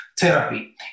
therapy